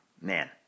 Man